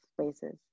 spaces